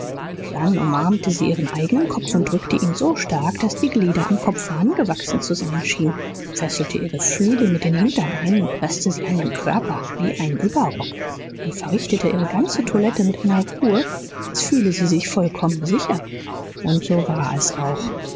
dann umarmte sie ihren eigenen kopf und drückte ihn so stark daß die glieder am kopfe angewachsen zu sein schienen fesselte ihre flügel mit den hinterbeinen und preßte sie an den körper wie einen überrock und verrichtete ihre ganze toilette mit einer ruhe als fühle sie sich vollkommen sicher und so war es auch